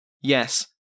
Yes